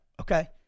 okay